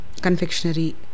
confectionery